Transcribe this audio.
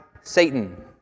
Satan